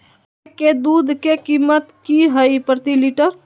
गाय के दूध के कीमत की हई प्रति लिटर?